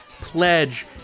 pledge